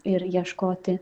ir ieškoti